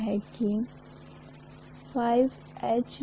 अब हम μ के इकाई को लाने का प्रयास करते हैं